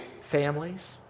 families